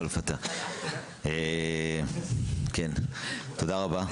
תודה רבה.